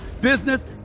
business